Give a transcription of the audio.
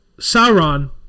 Sauron